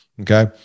Okay